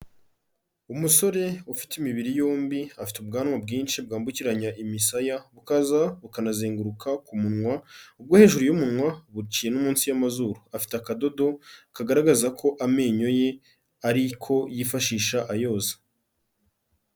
Umusore ufite imibiri yombi, afite ubwanwa bwinshi bwambukiranya imisaya, bukaza bukanazenguruka ku munwa, ubwo hejuru y'umunwa buciye no munsi y'amazuru, afite akadodo kagaragaza ko amenyo ye ari ko yifashisha ayoza.